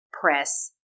press